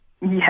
Yes